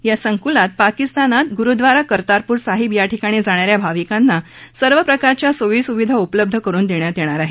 या संकुलात पाकिस्तानात गुरूद्वारा कर्तारपूर साहिब याठिकाणी जाणाऱ्या भाविकांना सर्वप्रकारच्या सोयीसुविधा उपलब्ध करून देण्यात येणार आहेत